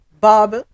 bob